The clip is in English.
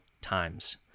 times